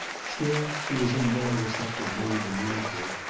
still, she was in a more receptive mood than usual,